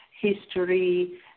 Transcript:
history